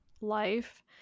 life